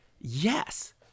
Yes